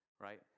Right